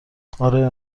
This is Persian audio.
اره